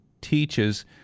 teaches